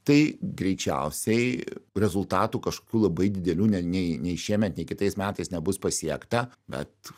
tai greičiausiai rezultatų kažkokių labai didelių nei nei šiemet nei kitais metais nebus pasiekta bet